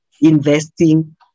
investing